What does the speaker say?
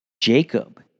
Jacob